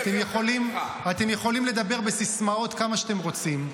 אתם יכולים לדבר בסיסמאות כמה שאתם רוצים,